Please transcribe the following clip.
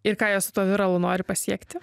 ir ką jos su tuo viralu nori pasiekti